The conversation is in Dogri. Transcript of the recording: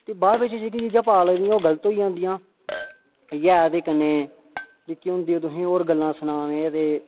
ते बाद बेच्च जेह्कियां चीजां पता लगदियां ओह् गलत होई जंदियां इ'यै ऐ ते कन्नै जेह्की होंदियां तुसेंगी होर गल्लां सना में ते